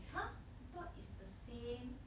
!huh! I thought is the same